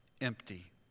empty